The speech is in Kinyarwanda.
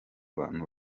abantu